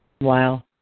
Wow